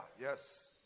Yes